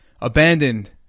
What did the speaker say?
abandoned